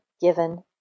given